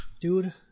Dude